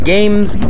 Games